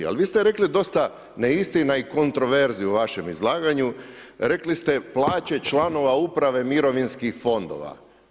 Ali, vi ste rekli dosta neistina i kontraverzi u vašem izlaganju, rekli ste plaće članova uprave mirovinskih fondova.